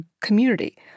community